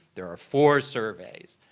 there are four surveys.